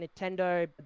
Nintendo